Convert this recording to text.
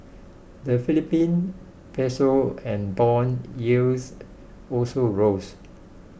the Philippine piso and bond yields also rose